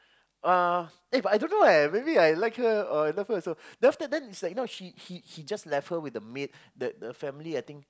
uh eh but I don't know leh maybe I like her or love her also then he he he just left her with the maid that the family I think